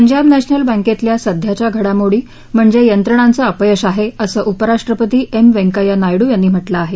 पंजाब नध्मिल बँकेतल्या सध्याच्या घडामोडी म्हणजे यंत्रणांचे अपयश आहे असं उपराष्ट्रपती एम् वेंकय्या नायडू यांनी म्हटलं आहे